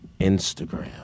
Instagram